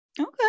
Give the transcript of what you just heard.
Okay